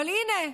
אבל הינה,